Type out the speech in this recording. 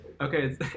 Okay